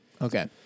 Okay